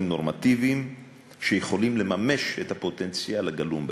נורמטיביים שיכולים לממש את הפוטנציאל הגלום בהם.